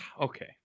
Okay